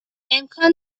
امکان